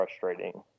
frustrating